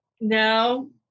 No